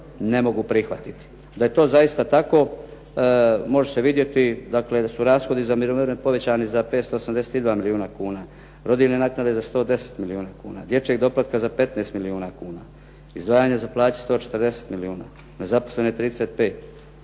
ne mogu prihvatiti. Da je to zaista tako može se vidjeti dakle da su rashodi za mirovine povećani za 582 milijuna kuna, rodiljne naknade za 110 milijuna kuna, dječjeg doplatka za 15 milijuna kuna, izdvajanje za plaće 140 milijuna, nezaposlene 35.